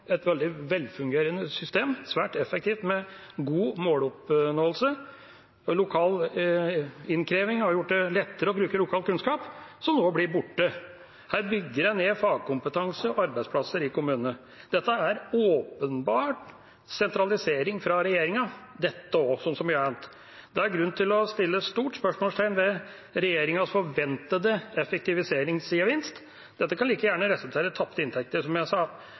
et veldig velfungerende system – svært effektivt og med god måloppnåelse. Lokal innkreving har gjort det lettere å bruke lokal kunnskap, som nå blir borte. Her bygger en ned fagkompetanse og arbeidsplasser i kommunene. Dette er en åpenbar sentralisering fra regjeringas side – dette også, som så mye annet. Det er grunn til å sette et stort spørsmålstegn ved regjeringas forventede effektiviseringsgevinst. Dette kan like gjerne resultere i tapte inntekter, som jeg sa.